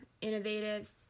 innovative